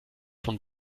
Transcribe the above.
von